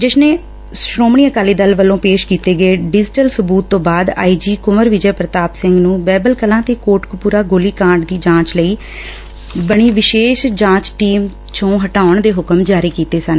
ਜਿਸ ਨੇ ਸ੍ਰੋਮਣੀ ਅਕਾਲੀ ਦਲ ਵੱਲੋਂ ਪੇਸ਼ ਕੀਤੇ ਗਏ ਡਿਜੀਟਲ ਸਬੁਤ ਤੋਂ ਬਾਅਦ ਆਈ ਜੀ ਕੁੰਵਰ ਵਿਜੈ ਪੂਤਾਪ ਸਿੰਘ ਨੂੰ ਬਹਿਬਲ ਕਲਾਂ ਤੇ ਕੋਟਕਪੁਰਾ ਗੋਲੀ ਕਾਂਡ ਦੀ ਜਾਂਚ ਲਈ ਬਣੀ ਵਿਸ਼ੇਸ਼ ਜਾਂਚ ਟੀਮ ਚੋਂ ਹਟਾਉਣ ਦੇ ਹੁਕਮ ਜਾਰੀ ਕੀਤੇ ਸਨ